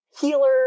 healer